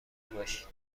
باشید